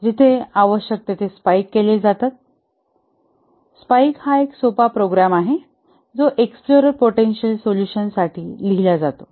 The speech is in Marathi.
जिथे आवश्यक तेथे स्पाइक केले जाते स्पाइक हा एक सोपा प्रोग्राम आहे जो एक्सप्लोर पोटेन्शिअल सोलुशन साठी लिहिला जातो